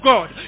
God